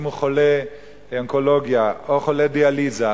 אם הוא חולה אונקולוגיה או חולה דיאליזה,